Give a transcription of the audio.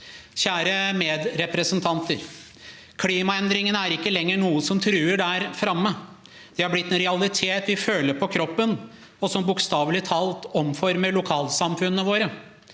Kjære medrepresentanter! Klimaendringene er ikke lenger noe som truer; de er framme. De har blitt en realitet vi føler på kroppen, og som bokstavelig talt omformer lokalsamfunnene våre.